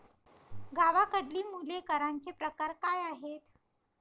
गावाकडली मुले करांचे प्रकार काय आहेत?